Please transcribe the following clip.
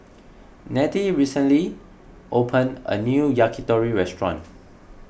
Nettie recently opened a new Yakitori restaurant